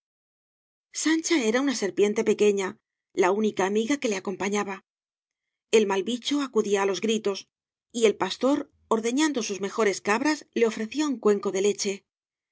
sancha era una serpiente pequeña la única amiga que le acompañaba el mal bicho acudía á los gritos y el pastor ordeñando sus mejores cabras la ofrecía un cuenco de leche